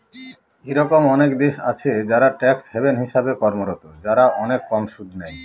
এরকম অনেক দেশ আছে যারা ট্যাক্স হ্যাভেন হিসেবে কর্মরত, যারা অনেক কম সুদ নেয়